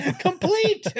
Complete